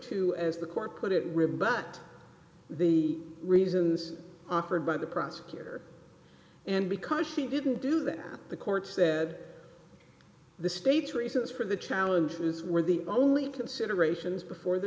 to as the court put it rebut the reasons offered by the prosecutor and because she didn't do that the court said the state's reasons for the challenges were the only considerations before the